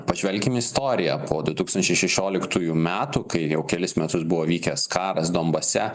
pažvelkim į istoriją po du tūkstančiai šešioliktųjų metų kai jau kelis metus buvo vykęs karas donbase